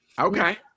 okay